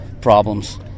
problems